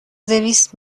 دویست